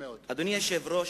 אדוני היושב-ראש,